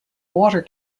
water